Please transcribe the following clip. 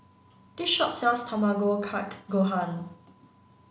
this shop sells Tamago Kake Gohan